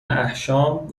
احشام